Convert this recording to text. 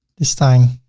this time